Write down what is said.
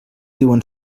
diuen